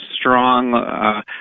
strong